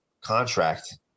contract